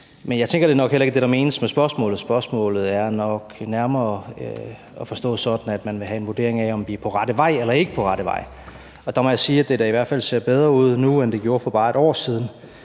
Men jeg tænker, at det nok heller ikke er det, der menes med spørgsmålet. Spørgsmålet er nok nærmere at forstå sådan, at man vil have en vurdering af, om vi er på rette vej eller ikke er på rette vej. Og der må jeg da sige, at det da i hvert fald ser bedre ud nu, end det gjorde for bare et år siden,